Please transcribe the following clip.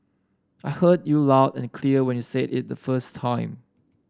I heard you loud and clear when you said it the first time